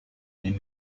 nimm